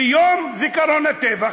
ביום הזיכרון לטבח,